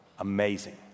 Amazing